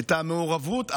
את המעורבות.